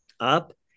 up